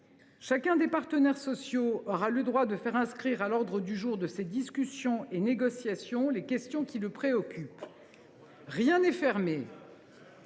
Chacun des partenaires sociaux aura le droit de faire inscrire à l’ordre du jour de ces discussions et négociations les questions qui le préoccupent. Rien n’est fermé.